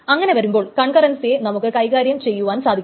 അങ്ങനെ വരുമ്പോൾ കൺകറൻസിയെ നമുക്ക് കൈകാര്യം ചെയ്യുവാൻ സാധിക്കും